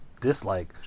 dislike